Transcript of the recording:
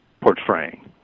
portraying